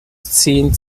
zehn